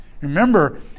Remember